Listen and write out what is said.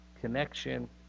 connection